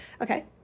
okay